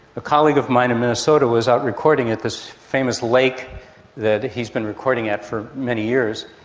a colleague of mine in minnesota was out recording at this famous lake that he's been recording at for many years,